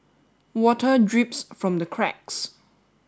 water drips from the cracks